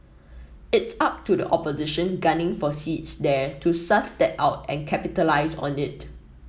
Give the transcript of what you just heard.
it's up to the opposition gunning for seats there to suss that out and capitalise on it